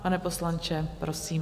Pane poslanče, prosím.